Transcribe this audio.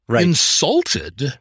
insulted